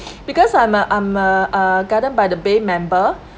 because I'm a I'm a uh garden by the bay member